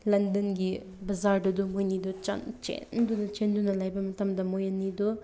ꯂꯟꯗꯟꯒꯤ ꯕꯖꯥꯔꯗꯨꯗ ꯃꯣꯏꯅꯤꯗꯣ ꯆꯦꯟꯗꯨꯅ ꯆꯦꯟꯗꯨꯅ ꯂꯩꯕ ꯃꯇꯝꯗ ꯃꯣꯏꯅꯤꯗꯣ